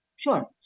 Sure